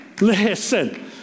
Listen